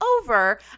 over